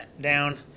down